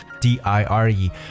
d-i-r-e